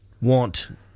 want